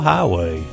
Highway